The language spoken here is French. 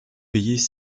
payés